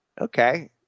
Okay